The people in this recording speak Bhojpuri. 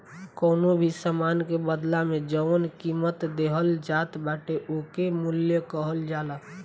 कवनो भी सामान के बदला में जवन कीमत देहल जात बाटे ओके मूल्य कहल जाला